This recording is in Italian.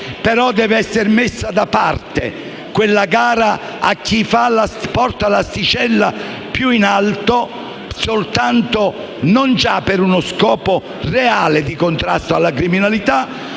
deve essere messa da parte la gara a chi porta l'asticella più in alto non già per uno scopo di reale contrasto alla criminalità,